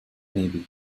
navy